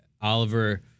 Oliver